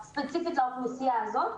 זה ספציפית לאוכלוסייה הזו.